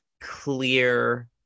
clear